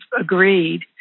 agreed